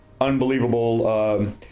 unbelievable